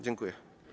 Dziękuję.